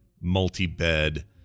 multi-bed